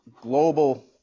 global